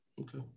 Okay